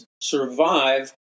survive